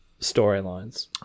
storylines